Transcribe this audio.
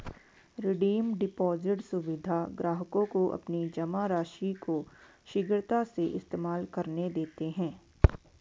redeem deposit सुविधा ग्राहकों को अपनी जमा राशि को शीघ्रता से इस्तेमाल करने देते है